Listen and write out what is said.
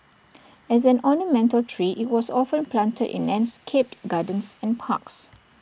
as an ornamental tree IT was often planted in landscaped gardens and parks